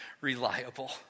reliable